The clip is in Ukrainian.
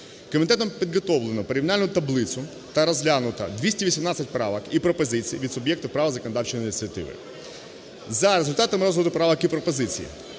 Комітетом підготовлено порівняльну таблицю і розглянуто 218 правок і пропозицій від суб'єкта права законодавчої ініціативи. За результатами розгляду правок і пропозицій